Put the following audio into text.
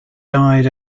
died